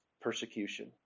persecution